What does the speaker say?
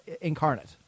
incarnate